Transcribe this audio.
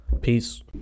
Peace